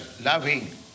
loving